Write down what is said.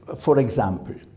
ah for example,